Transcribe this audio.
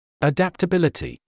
Adaptability